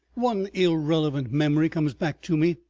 one irrelevant memory comes back to me,